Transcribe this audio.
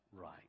right